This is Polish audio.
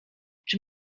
czy